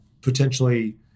potentially